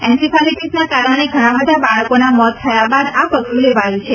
એન્સીફાલિટીસના કારણે ઘણા બધાં બાળકોના મોત થયા બાદ આ પગલું લેવાયું છે